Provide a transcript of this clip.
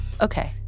Okay